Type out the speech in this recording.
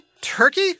Turkey